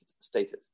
stated